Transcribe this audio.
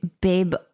babe